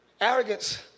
Arrogance